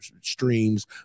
streams